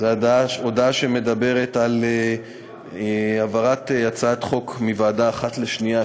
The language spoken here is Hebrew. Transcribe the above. זו הודעה שמדברת על העברת הצעת חוק מוועדה אחת לאחרת,